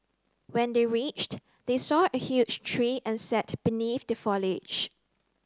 when they reached they saw a huge tree and sat beneath the foliage